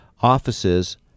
offices –